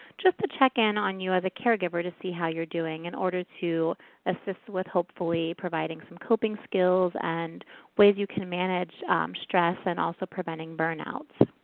just to check-in on you as a caregiver to see how you're doing in order to assist with hopefully providing some coping skills and ways you can manage stress and also preventing burnouts.